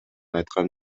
айткан